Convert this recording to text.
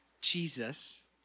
Jesus